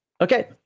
okay